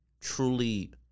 truly